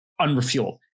unrefueled